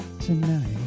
Tonight